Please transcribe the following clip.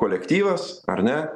kolektyvas ar ne